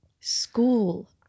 school